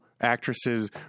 actresses